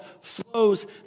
flows